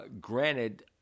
Granted